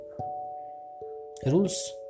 rules